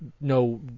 no